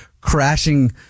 crashing